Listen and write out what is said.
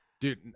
dude